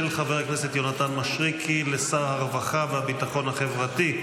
של חבר הכנסת יונתן מישרקי לשר הרווחה והביטחון החברתי,